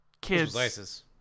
Kids